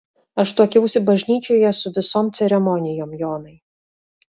aš tuokiausi bažnyčioje su visom ceremonijom jonai